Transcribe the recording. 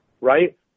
right –